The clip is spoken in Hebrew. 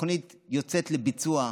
התוכנית יוצאת לביצוע,